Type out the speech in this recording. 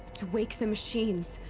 to wake the machines.